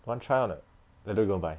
want try or not later go buy